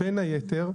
בין היתר,